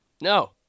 No